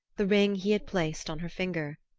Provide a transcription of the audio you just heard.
the ring he had placed on her finger.